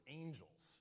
angels